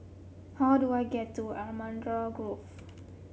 how I do I get to Allamanda Grove